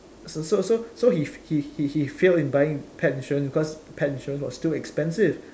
so so so he he he failed in buying pet insurance because pet insurance was too expensive